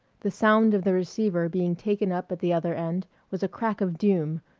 the sound of the receiver being taken up at the other end was a crack of doom,